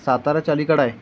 साताराच्या अलीकडे आहे